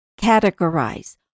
categorize